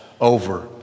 over